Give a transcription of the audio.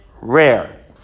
rare